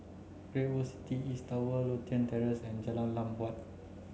Great World City East Tower Lothian Terrace and Jalan Lam Huat